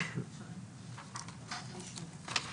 אבל אולי באמת את התייחסות שלכם לעניין החריג או המדיניות,